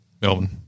Melbourne